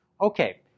Okay